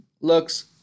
looks